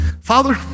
Father